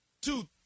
two